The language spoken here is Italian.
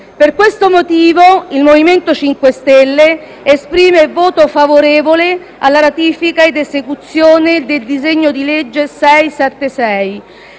Per questo motivo il MoVimento 5 Stelle esprime il voto favorevole alla ratifica ed esecuzione del disegno di legge n.